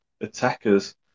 attackers